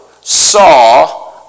saw